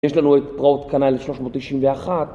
יש לנו את פרעות קנ״א 1391